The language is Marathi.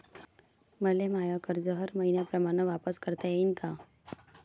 मले माय कर्ज हर मईन्याप्रमाणं वापिस करता येईन का?